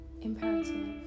imperative